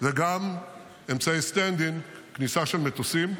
וגם אמצעי stand-in, כניסה של מטוסים.